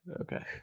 okay